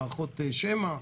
מערכות שמע,